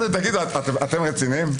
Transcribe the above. תגידו, אתם רציניים?